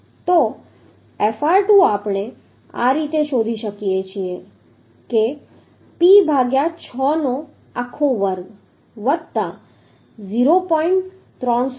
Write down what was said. તો Fr2 આપણે આ રીતે શોધી શકીએ છીએ કે P ભાગ્યા 6 નો આખો વર્ગ વત્તા 0